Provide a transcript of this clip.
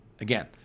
Again